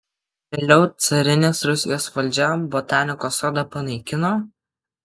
vėliau carinės rusijos valdžia botanikos sodą panaikino